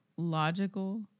Logical